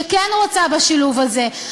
שכן רוצה בשילוב הזה,